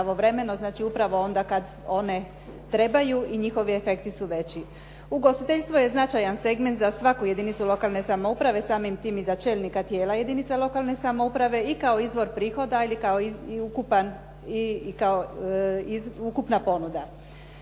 Ugostiteljstvo je značajan segment za svaku jedinicu lokalne samouprave, samim tim i za čelnika tijela jedinica lokalne samouprave i kao izvor prihoda i kao ukupna ponuda.